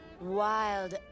wild